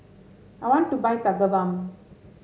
I want to buy Tigerbalm